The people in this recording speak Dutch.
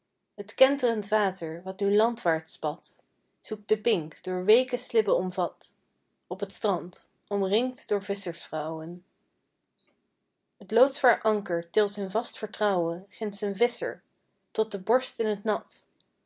kenterend water wat nu landwaarts spat zoekt de pink door weeke slibbe omvat op het strand omringd door visschersvrouwen t loodzwaar anker tilt in vast vertrouwen ginds een visscher tot de borst in t nat